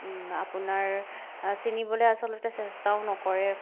আপোনাৰ চিনিবলে আচলতে চেষ্টাও নকৰে